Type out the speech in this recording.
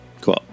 Cool